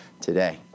today